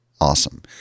Awesome